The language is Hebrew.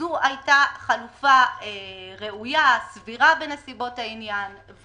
זו הייתה חלופה ראויה, סבירה בנסיבות העניין.